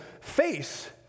face